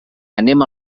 anem